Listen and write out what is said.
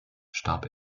starb